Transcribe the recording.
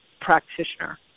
practitioner